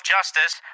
Justice